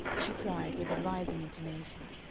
she cried with a rising intonation,